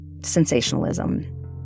sensationalism